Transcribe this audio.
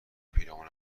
پیرامون